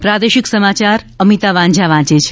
પ્રાદેશિક સમાચાર અમિતા વાંઝા વાંચે છે